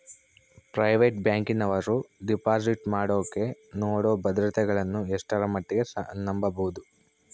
Private ಬ್ಯಾಂಕಿನವರು deposit ಮಾಡೋಕೆ ನೇಡೋ ಭದ್ರತೆಗಳನ್ನು ಎಷ್ಟರ ಮಟ್ಟಿಗೆ ನಂಬಬಹುದು?